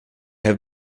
have